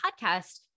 podcast